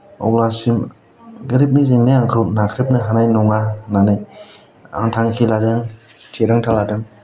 अब्लासिम गोरिबनि जेंनाया आंखौ नाख्रेबनो हानाय नङा होननानै आं थांखि लादों थिरांथा लादों